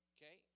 Okay